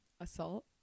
Assault